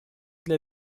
для